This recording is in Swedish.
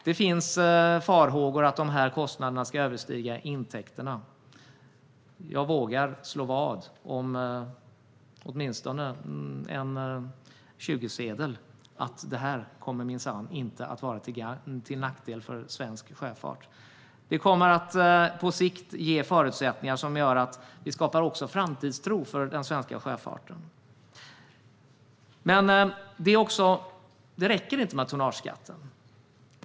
Det finns farhågor att de här kostnaderna ska överstiga intäkterna. Jag vågar slå vad om åtminstone en 20-kronorssedel att det här minsann inte kommer att vara till nackdel för svensk sjöfart. Vi kommer på sikt att ge förutsättningar som gör att vi också skapar framtidstro för den svenska sjöfarten. Men det räcker inte med tonnageskatten.